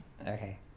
Okay